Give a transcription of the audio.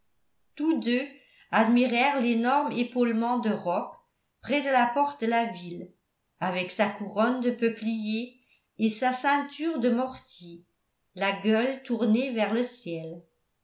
tous deux admirèrent l'énorme épaulement de roc près de la porte de la ville avec sa couronne de peupliers et sa ceinture de mortiers la gueule tournée vers le ciel